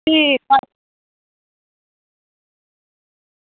ठीक ऐ